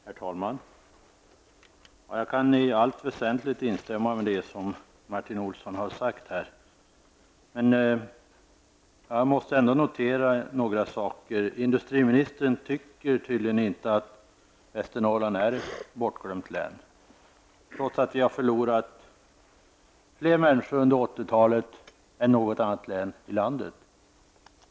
Herr talman! Jag kan i allt väsentligt instämma i det som Martin Olsson har sagt. Jag måste ändå notera ett par saker. Industriministern anser tydligen inte att Västernorrland är ett bortglömt län, trots att vi under 80-talet har förlorat fler människor än något annat län i landet.